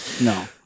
No